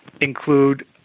include